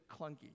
clunky